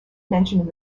mentioned